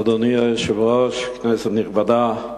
אדוני היושב-ראש, כנסת נכבדה,